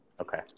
Okay